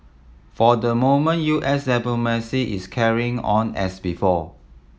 for the moment U S diplomacy is carrying on as before